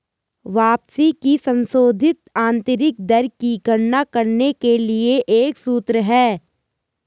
वापसी की संशोधित आंतरिक दर की गणना करने के लिए एक सूत्र है